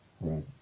right